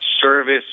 service